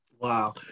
Wow